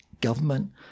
government